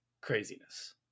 craziness